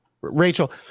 Rachel